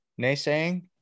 naysaying